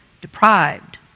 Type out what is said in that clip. deprived